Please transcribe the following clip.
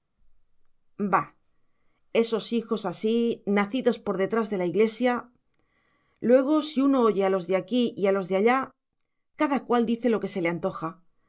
bah esos hijos así nacidos por detrás de la iglesia luego si uno oye a los de aquí y a los de allá cada cual dice lo que se le antoja